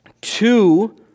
two